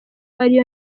ariyo